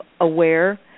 aware